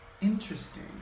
Interesting